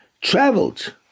traveled